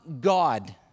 God